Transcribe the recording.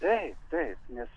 taip taip nes